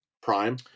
prime